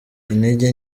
intege